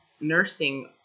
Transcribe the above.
nursing